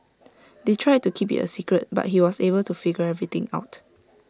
they tried to keep IT A secret but he was able to figure everything out